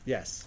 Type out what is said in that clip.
Yes